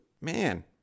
man